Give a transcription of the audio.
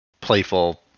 playful